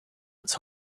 its